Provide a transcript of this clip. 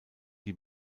die